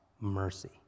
mercy